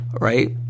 right